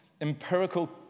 empirical